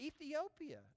Ethiopia